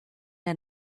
der